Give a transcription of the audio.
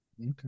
Okay